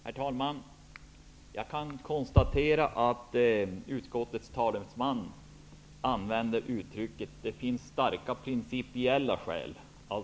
Herr talman! Jag konstaterar att uskottets talesman talar om ''starka principiella skäl''.